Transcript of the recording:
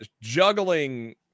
juggling